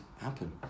happen